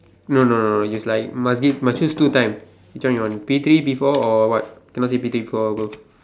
no no no is like must give must choose two times which one you one P three P four or what cannot say between four and above